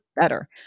better